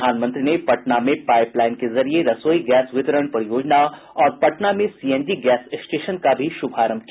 प्रधानमंत्री ने पटना में पाईप लाईन के जरिये रसोई गैस वितरण परियोजना और पटना में सीएनजी गैस स्टेशन का भी शुभारंभ किया